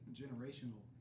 generational